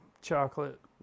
chocolate